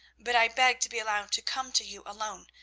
but i begged to be allowed to come to you alone,